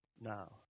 now